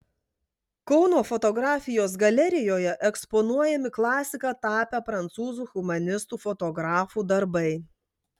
kauno fotografijos galerijoje eksponuojami klasika tapę prancūzų humanistų fotografų darbai